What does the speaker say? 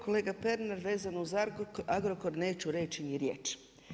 Kolega Pernar, vezano uz Agrokor neću reći ni riječ.